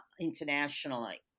internationally